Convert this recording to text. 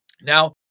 Now